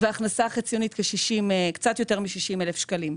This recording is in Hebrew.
וההכנסה החציונית היא קצת יותר מ-60,000 ₪.